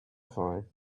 for